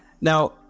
now